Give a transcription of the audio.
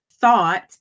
thought